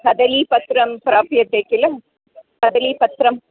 कदलीपत्रं प्राप्यते किल कदलीपत्रम्